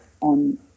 on